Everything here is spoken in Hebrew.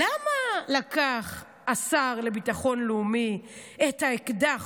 למה לקח השר לביטחון לאומי את האקדח